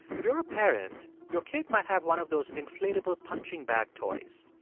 if you're a parent, your kid might have one of those inflatable punching bag toys.